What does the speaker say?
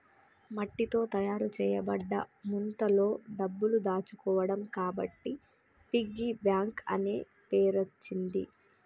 మట్టితో తయారు చేయబడ్డ ముంతలో డబ్బులు దాచుకోవడం కాబట్టి పిగ్గీ బ్యాంక్ అనే పేరచ్చింది